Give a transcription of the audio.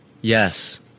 Yes